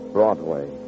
Broadway